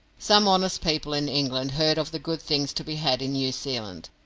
some honest people in england heard of the good things to be had in new zealand,